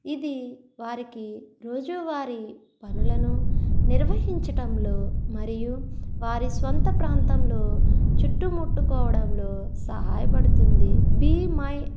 ఇది వారికి రోజువారి పనులను నిర్వహించడంలో మరియు వారి స్వంత ప్రాంతంలో చుట్టుముట్టుకోవడంలో సహాయపడుతుంది బీ మై